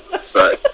Sorry